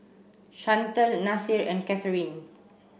Chantal Nasir and Catharine